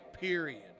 period